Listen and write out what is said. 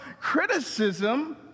criticism